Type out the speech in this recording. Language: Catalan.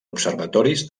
observatoris